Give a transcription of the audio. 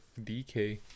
dk